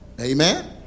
amen